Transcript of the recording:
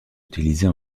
utilisée